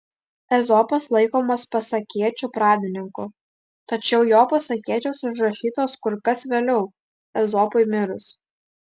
ezopas laikomas pasakėčių pradininku tačiau jo pasakėčios užrašytos kur kas vėliau ezopui mirus